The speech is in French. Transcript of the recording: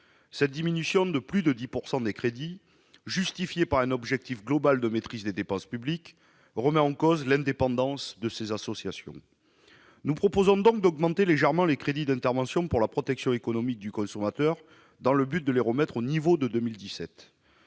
Cette diminution de plus de 10 % des crédits, justifiée par un objectif global de maîtrise des dépenses publiques, remet en cause l'indépendance de ces associations. Nous proposons donc d'augmenter légèrement les crédits d'intervention pour la protection économique du consommateur, dans le but de les remettre au niveau de 2017.